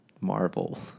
Marvel